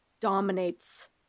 dominates